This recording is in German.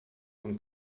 von